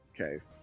Okay